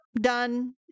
done